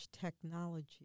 technology